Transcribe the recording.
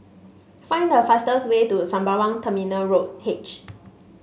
find the fastest way to Sembawang Terminal Road H